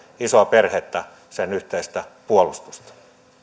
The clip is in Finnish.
isoa perhettä sen yhteistä puolustusta